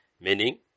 Meaning